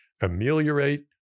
ameliorate